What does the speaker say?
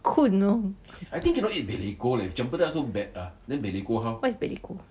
you know what is beleko